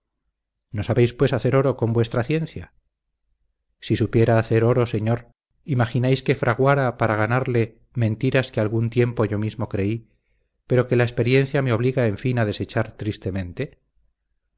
no sabéis pues hacer oro con vuestra ciencia si supiera hacer oro señor imagináis que fraguara para ganarle mentiras que algún tiempo yo mismo creí pero que la experiencia me obliga en fin a desechar tristemente